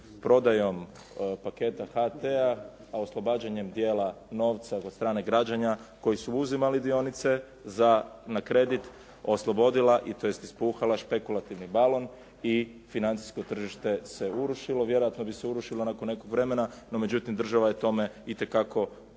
prodajom paketa HT-a, a oslobađanjem dijela novca od strane građana koji su uzimali dionice na kredit, oslobodila tj. ispuhala špekulativni balon i financijsko tržište se urušilo. Vjerojatno bi se urušilo nakon nekog vremena, no međutim država je tome itekako pogodovala.